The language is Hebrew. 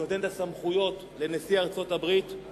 שנותן לנשיא ארצות-הברית את הסמכות,